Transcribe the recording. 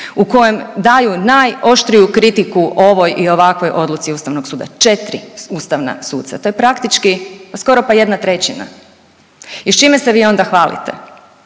u kojem daju najoštriju kritiku ovoj i ovakvoj odluci Ustavnog suda. 4 ustavna suca, to je praktički skoro pa 1/3 i s čime se vi onda hvalite.